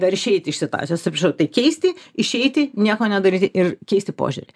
dar išeiti iš situacijos atsiprašau tai keisti išeiti nieko nedaryti ir keisti požiūrį